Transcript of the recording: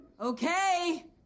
Okay